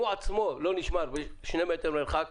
הוא עצמו לא נשמר 2 מטר מרחק,